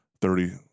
thirty